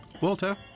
Walter